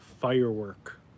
firework